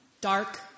dark